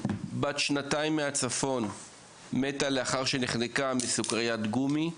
בת שנתיים מהצפון מתה לאחר שנחנקה מסוכריית גומי,